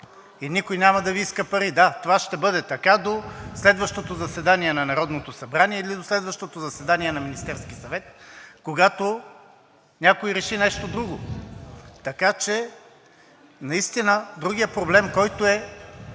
и никой няма да Ви иска пари. Да, това ще бъде така до следващото заседание на Народното събрание или до следващото заседание на Министерския съвет, когато някой реши нещо друго. Другият проблем, който е